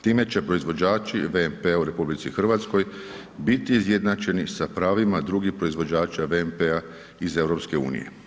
Time će proizvođači VMP-a u RH biti izjednačeni sa pravima drugih proizvođača VMP-a iz EU.